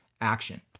action